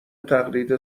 تقلید